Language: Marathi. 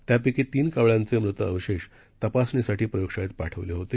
त्यापैकी तीन कावळ्यांचे मृत अवशेष तपासणीसाठी प्रयोगशाळेत पाठविण्यात आले होते